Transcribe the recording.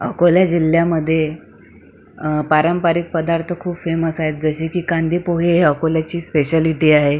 अकोला जिल्ह्यामध्ये पारंपरिक पदार्थ खूप फेमस आहेत जसे की कांदेपोहे हे अकोल्याची स्पेशॅलिटी आहे